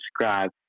subscribe